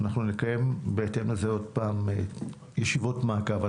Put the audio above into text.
אנחנו נקיים בהתאם לזה עוד פעם ישיבות מעקב.